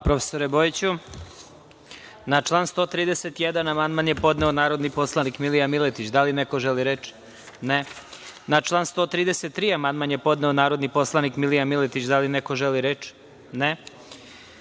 profesore Bojiću. Na član 131. amandman je podneo narodni poslanik Milija Miletić. Da li neko želi reč? (Ne)Na član 133. amandman je podneo narodni poslanik Milija Miletić. Da li neko želi reč?